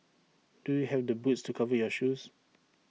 do you have the boots to cover your shoes